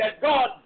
God